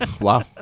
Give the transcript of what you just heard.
Wow